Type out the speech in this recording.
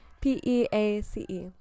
p-e-a-c-e